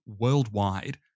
worldwide